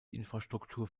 infrastruktur